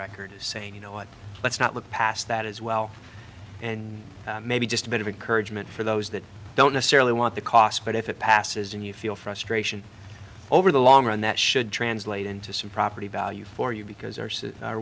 record saying you know what let's not look past that as well and maybe just a bit of encouragement for those that don't necessarily want the cost but if it passes and you feel frustration over the long run that should translate into some property value for you because